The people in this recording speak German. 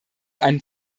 einen